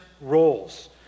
roles